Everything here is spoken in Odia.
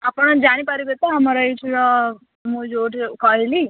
ଆପଣ ଜାଣିପାରିବେ ତ ଆମର ଏଇଠିର ମୁଁ ଯେଉଁଠି କହିଲି